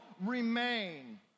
remain